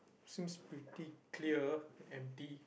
seems pretty clear empty